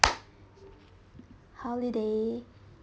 holiday